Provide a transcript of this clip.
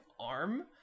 arm